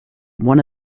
one